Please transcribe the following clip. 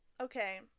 okay